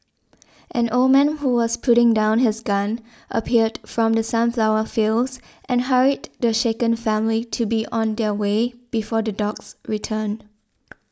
an old man who was putting down his gun appeared from the sunflower fields and hurried the shaken family to be on their way before the dogs return